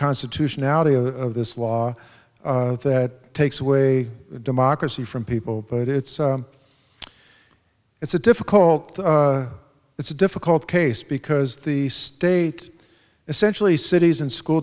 constitutionality of this law that takes away the democracy from people but it's it's a difficult it's a difficult case because the state essentially cities and school